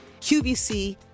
QVC